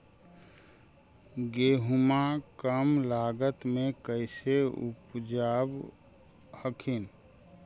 गेहुमा कम लागत मे कैसे उपजाब हखिन?